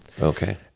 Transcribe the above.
okay